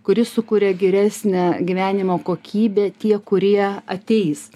kuri sukuria geresnę gyvenimo kokybę tie kurie ateis